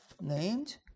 named